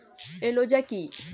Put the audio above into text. Azolla কি?